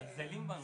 מזלזלים בנו.